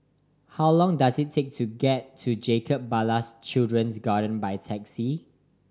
how long does it take to get to Jacob Ballas Children's Garden by taxi